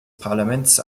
parlaments